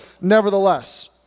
nevertheless